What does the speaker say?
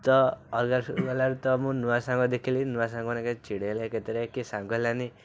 ତ ଅଲଗା ସ୍କୁଲ୍କୁ ଗଲାବେଳକୁ ତ ମୁଁ ନୂଆ ସାଙ୍ଗ ଦେଖିଲି ନୂଆ ସାଙ୍ଗମାନେ ଚିଡ଼େଇଲେ କେତେବେଳେ କିଏ ସାଙ୍ଗ ହେଲେନି